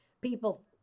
people